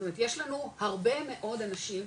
זאת אומרת יש לנו הרבה מאוד אנשים,